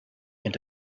and